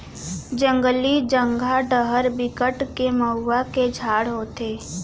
जंगली जघा डहर बिकट के मउहा के झाड़ होथे